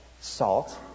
salt